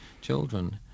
children